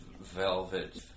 velvet